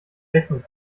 rechnung